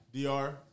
DR